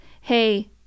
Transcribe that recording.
hey